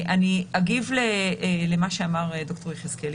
אני אגיב למה שאמר ד"ר יחזקאלי.